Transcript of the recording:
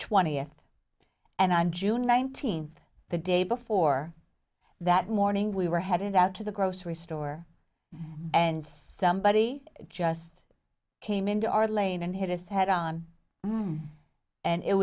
twentieth and on june nineteenth the day before that morning we were headed out to the grocery store and somebody just came into our lane and hit his head on and it